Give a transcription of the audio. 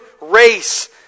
race